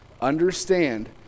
Understand